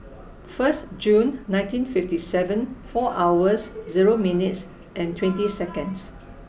first Jun nineteen fifty seven four hours zero minutes and twenty second